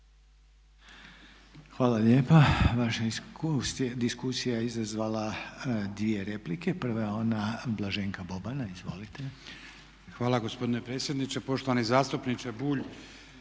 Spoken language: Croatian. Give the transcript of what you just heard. Hvala lijepa. Vaša diskusija je izazvala 2 replike. Prva je ona Blaženka Bobana, izvolite. **Boban, Blaženko (HDZ)** Hvala gospodine predsjedniče. Poštovani zastupniče Bulj